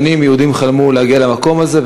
שנים יהודים חלמו להגיע למקום הזה,